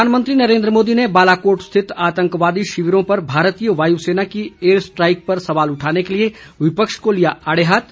प्रधानमंत्री नरेन्द्र मोदी ने बालाकोट स्थित आतंकवादी शिविरों पर भारतीय वायु सेना की एयर स्ट्राइक पर सवाल उठाने के लिए विपक्ष को लिया आड़े हाथ